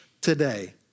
today